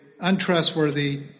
untrustworthy